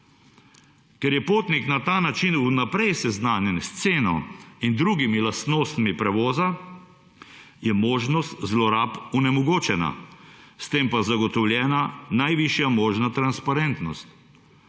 Ker je potnik na ta način vnaprej seznanjen s ceno in drugimi lastnostmi prevoza, je možnost zlorab onemogočena, s tem pa zagotovljena najvišja možna transparentnost,